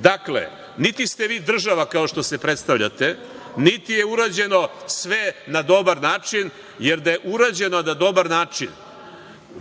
izjavu. Dakle, niti ste vi država kao što se predstavljate, niti je urađeno sve na dobar način, jer da je urađeno na dobar način,